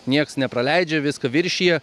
nieks nepraleidžia viską viršija